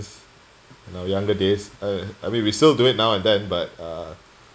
in our younger days uh I mean we still do it now and then but uh